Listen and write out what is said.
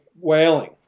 whaling